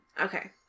Okay